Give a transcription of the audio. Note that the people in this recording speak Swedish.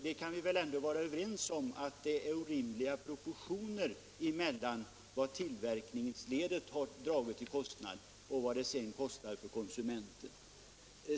Vi kan väl ändå vara överens om att det är orimliga proportioner mellan vad tillverkningsledet har dragit i kostnad och vad det sedan kostar för konsumenten.